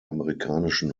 amerikanischen